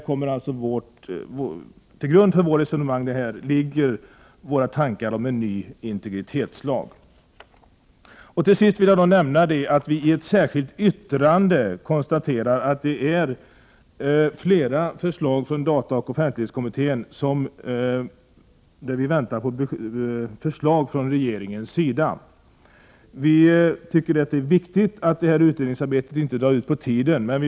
Till grund för vårt resonemang ligger våra tankar om en ny integritetslag. Till sist vill jag nämna att vi i ett särskilt yttrande konstaterar att när det gäller flera förslag från dataoch offentlighetskommittén väntar vi på förslag från regeringens sida. Vi tycker att det är viktigt att det här utredningsarbetet inte drar ut på tiden.